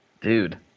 Dude